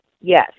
yes